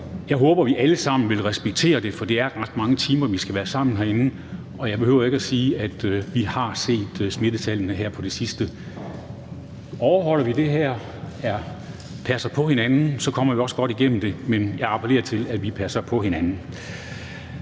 Jeg håber, vi alle sammen vil respektere det, for det er ret mange timer, vi skal være sammen herinde, og jeg behøver ikke at sige, at vi har set smittetallene her på det sidste. Overholder vi det her og passer på hinanden, kommer vi også godt igennem det. Jeg appellerer til, at vi passer på hinanden.